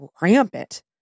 rampant